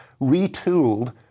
retooled